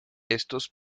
estos